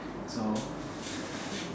so